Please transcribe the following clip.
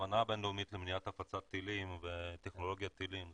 האמנה הבינלאומית למניעת הפצת טילים וטכנולוגיית טילים,